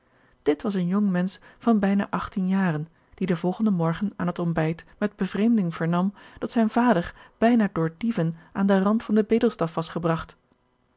dit was een jong mensch van bijna achttien jaren die den volgenden morgen aan het ontbijt met bevreemding vernam dat zijn vader bijna door dieven aan den rand van den bedelstaf was gebragt